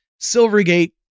Silvergate